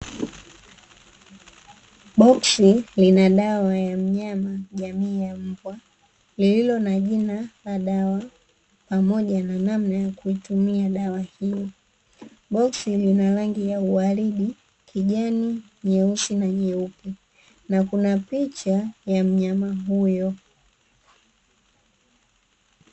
Boksi lina dawa ya mnyama jamii ya mbwa, lililo na jina la dawa pamoja na namna ya kuitumia dawa hiyo. Boksi lina rangi ya uwaridi, kijani, nyeusi na nyeupe, na kuna picha ya mnyama huyo.